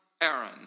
Aaron